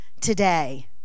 today